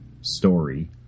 story